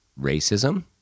racism